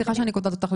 סליחה שאני קוטעת אותך,